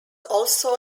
also